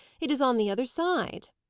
it is on the other side.